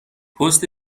پست